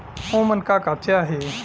ओमन का का चाही?